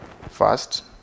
First